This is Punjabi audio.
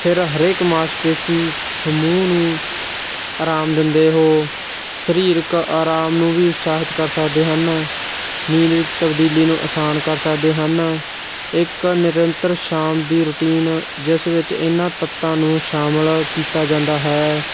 ਫਿਰ ਹਰੇਕ ਮਾਸਪੇਸ਼ੀ ਸਮੂਹ ਨੂੰ ਆਰਾਮ ਦਿੰਦੇ ਹੋ ਸਰੀਰਕ ਆਰਾਮ ਨੂੰ ਵੀ ਉਤਸ਼ਾਹਿਤ ਕਰ ਸਕਦੇ ਹਨ ਨੀਂਦ ਵਿੱਚ ਤਬਦੀਲੀ ਨੂੰ ਆਸਾਨ ਕਰ ਸਕਦੇ ਹਨ ਇੱਕ ਨਿਰੰਤਰ ਸ਼ਾਮ ਦੀ ਰੁਟੀਨ ਜਿਸ ਵਿੱਚ ਇਹਨਾਂ ਤੱਤਾਂ ਨੂੰ ਸ਼ਾਮਲ ਕੀਤਾ ਜਾਂਦਾ ਹੈ